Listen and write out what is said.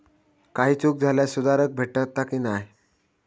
काही चूक झाल्यास सुधारक भेटता की नाय?